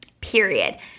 Period